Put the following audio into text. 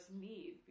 need